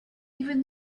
even